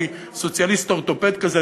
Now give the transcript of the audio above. אני סוציאליסט אורתופד כזה,